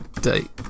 date